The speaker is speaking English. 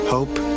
Hope